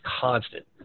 constant